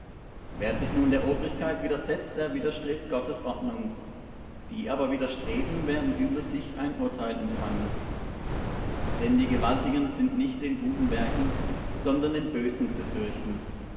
wer sich nun der obrigkeit widersetzt der widerstrebt gottes ordnung die aber widerstreben werden über sich ein urteil empfangen denn die gewaltigen sind nicht den guten werken sondern den bösen zu fürchten